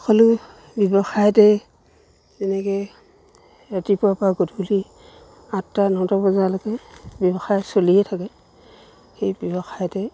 সকলো ব্যৱসায়তে তেনেকৈ ৰাতিপুৱাৰপৰা গধূলি আঠটা নটা বজালৈকে ব্যৱসায় চলিয়ে থাকে সেই ব্যৱসায়তে